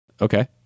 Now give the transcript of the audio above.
Okay